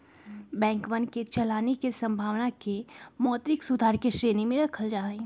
बैंकवन के चलानी के संभावना के मौद्रिक सुधार के श्रेणी में रखल जाहई